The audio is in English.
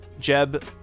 Jeb